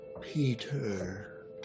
Peter